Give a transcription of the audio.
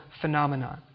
phenomenon